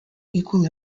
equal